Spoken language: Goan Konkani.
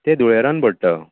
तें धुळेरांत पडटा